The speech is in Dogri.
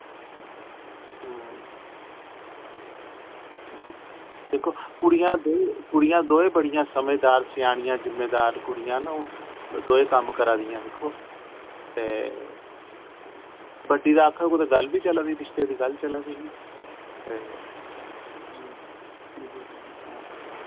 जी दिक्खो कुड़ियां दोए कुड़ियां दोए बड़ियां समझदार सयानियां जिम्मेदार कुड़ियां न ओह् दोए कम्म करा दि'यां दिक्खो ते बड्डी दा आखो कुते गल्ल वी चला दी रिश्ते दी गल्ल चला दी ही ते हां